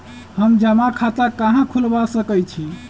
हम जमा खाता कहां खुलवा सकई छी?